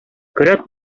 көрәк